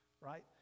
right